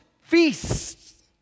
feasts